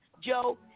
Joe